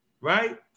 right